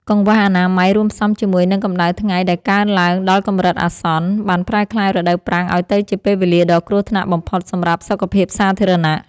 កង្វះអនាម័យរួមផ្សំជាមួយនឹងកម្ដៅថ្ងៃដែលកើនឡើងដល់កម្រិតអាសន្ន បានប្រែក្លាយរដូវប្រាំងឱ្យទៅជាពេលវេលាដ៏គ្រោះថ្នាក់បំផុតសម្រាប់សុខភាពសាធារណៈ។